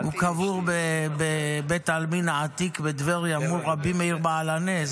הוא קבור בבית העלמין העתיק בטבריה מול רבי מאיר בעל הנס,